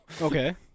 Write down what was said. Okay